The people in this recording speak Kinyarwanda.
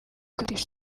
kwihutisha